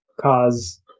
cause